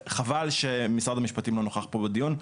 חבל שמשרד המשפטים לא נוכח פה בדיון.